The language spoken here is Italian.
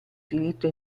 diritto